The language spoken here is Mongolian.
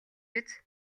биз